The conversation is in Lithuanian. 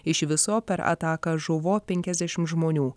iš viso per ataką žuvo penkiasdešimt žmonių